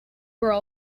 girl